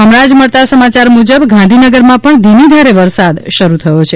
હમણા જ મળતાં સમાચાર મૂજબ ગાંધીનગરમાં પણ ધીમી ધારે વરસાદ શરૂ થયો છે